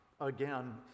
again